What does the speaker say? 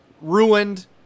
ruined